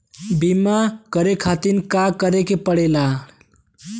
बीमा करे खातिर का करे के पड़ेला?